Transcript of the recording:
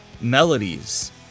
melodies